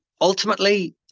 ultimately